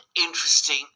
interesting